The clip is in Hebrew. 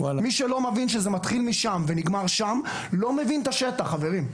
מי שלא מבין שזה מתחיל משם ונגמר שם לא מבין את השטח חברים.